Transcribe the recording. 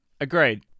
Agreed